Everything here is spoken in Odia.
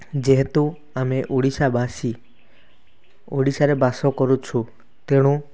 ଯେହେତୁ ଆମେ ଓଡ଼ିଶାବାସୀ ଓଡ଼ିଶାରେ ବାସ କରୁଛୁ ତେଣୁ